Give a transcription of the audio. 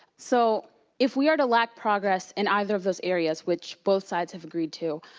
so if we are to lack progress in either of those areas which both sides have agreed to,